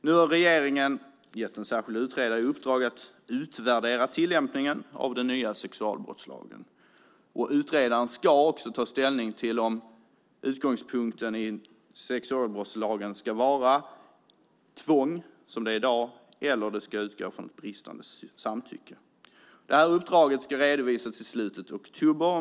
Nu har regeringen gett en särskild utredare i uppdrag att utvärdera tillämpningen av den nya sexualbrottslagen. Utredaren ska också ta ställning till om utgångspunkten i sexualbrottslagen ska vara tvång, som det är i dag, eller om det ska utgå från bristande samtycke. Detta uppdrag ska redovisas i slutet av oktober.